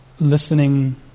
listening